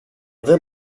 δεν